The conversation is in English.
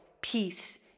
peace